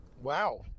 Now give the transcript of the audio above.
Wow